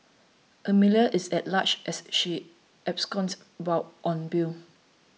Amelia is at large as she absconded while on bail